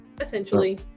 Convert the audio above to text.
Essentially